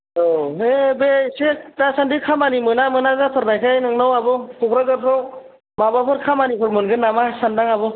औ बे बे बे एसे दासान्दि खामानि मोना मोना जाथारनायखाय नोंनाव आब' क'क्राझारफ्राव माबाफोर खामानिफोर मोनगोन नामा सानदों आब'